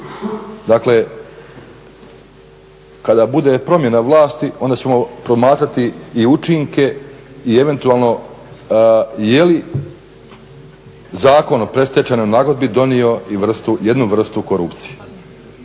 Dakle, kada bude promjena vlasti onda ćemo promatrati i učinke i eventualno je li Zakon o predstečajnoj nagodbi donio i jednu vrstu korupcije.